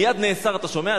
מייד נאסר, אתה שומע?